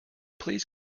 please